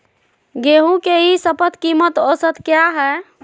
गेंहू के ई शपथ कीमत औसत क्या है?